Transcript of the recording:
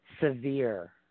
severe